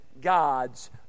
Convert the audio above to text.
God's